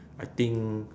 I think